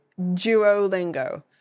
Duolingo